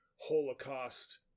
holocaust